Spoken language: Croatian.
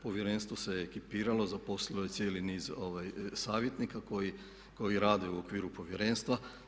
Povjerenstvo se ekipiralo, zaposlilo cijeli niz savjetnika koji rade u okviru povjerenstva.